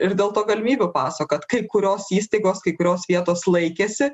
ir dėl to galimybių paso kad kai kurios įstaigos kai kurios vietos laikėsi